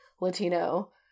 Latino